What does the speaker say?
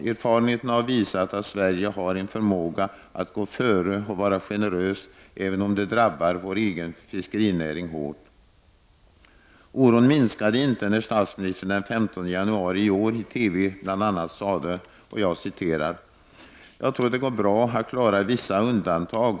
Erfarenheten har visat att Sverige har en förmåga att gå före och vara generöst även om det drabbar den egna fiskerinäringen hårt. Oron minskade inte när statsministern den 15 januari i år i TV bl.a. sade: ”Jag tror att det går bra att klara vissa undantag.